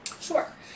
Sure